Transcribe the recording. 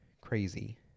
crazy